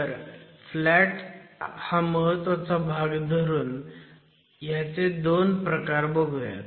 तर फ्लॅट हा महत्वाचा भाग धरून ह्याचे 2 प्रकार बघुयात